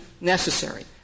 necessary